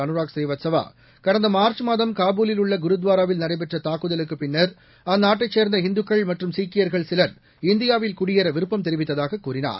அனுராக் ஸ்ரீவஸ்தவா கடந்த மார்ச் மாதம் காபூலில் உள்ள குருத்வாராவில் நடைபெற்ற தாக்குதலுக்குப் பின்னர் அந்நாட்டைச் சேர்ந்த இந்துக்கள் மற்றும் சீக்கியர்கள் சிலர் இந்தியாவில் குடியேற விருப்பம் தெரிவித்ததாக கூறினார்